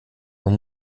man